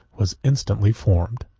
was instantly formed,